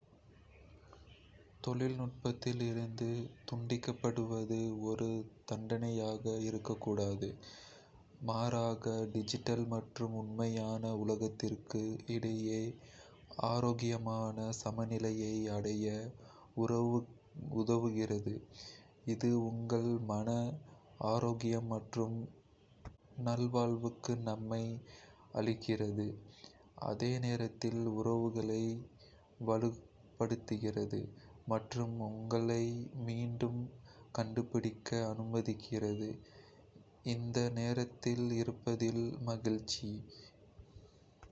தொழில்நுட்பத்திலிருந்து துண்டிக்கப்படுவது ஒரு தண்டனையாக இருக்கக்கூடாது, மாறாக, டிஜிட்டல் மற்றும் "உண்மையான" உலகத்திற்கு இடையே ஆரோக்கியமான சமநிலையை அடைய உதவுகிறது, இது உங்கள் மனஆரோக்கியம் மற்றும் நல்வாழ்வுக்கு நன்மை அளிக்கிறது, அதே நேரத்தில் உறவுகளை வலுப்படுத்துகிறது மற்றும் உங்களை மீண்டும் கண்டுபிடிக்க அனுமதிக்கிறது. இந்த நேரத்தில் "இருப்பதில்" மகிழ்ச்சி.